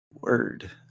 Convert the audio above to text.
Word